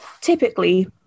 typically